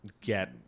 get